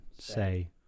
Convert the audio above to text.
say